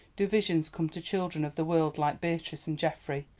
do visions come to children of the world like beatrice and geoffrey?